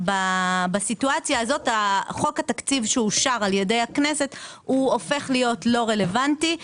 בסיטואציה הזאת חוק התקציב שאושר על ידי הכנסת הופך להיות לא רלוונטי.